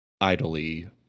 idly